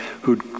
who'd